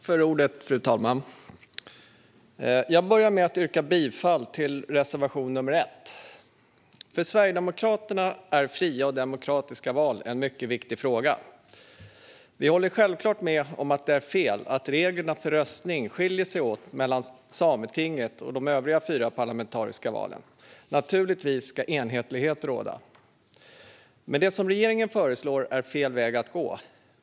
Fru talman! Jag börjar med att yrka bifall till reservation nr 1. För Sverigedemokraterna är fria och demokratiska val en mycket viktig fråga. Vi håller självklart med om att det är fel att reglerna för röstning skiljer sig åt mellan valet till Sametinget och de övriga fyra parlamentariska valen. Naturligtvis ska enhetlighet råda. Men det som regeringen föreslår är fel väg att gå.